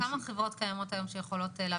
כמה חברות קיימות היום שיכולות להביא מכשיר כזה?